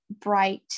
bright